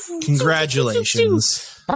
Congratulations